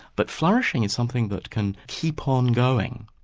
but flourishing is something that can keep on going.